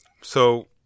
So-